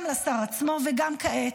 גם לשר עצמו וגם כעת.